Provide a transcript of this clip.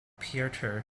pieter